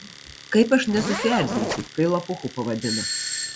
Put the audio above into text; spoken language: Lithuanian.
kaip aš nesusierzinsiu kai lapuchu pavadina